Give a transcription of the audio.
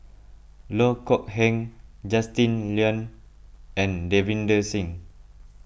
Loh Kok Heng Justin Lean and Davinder Singh